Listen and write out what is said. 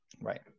right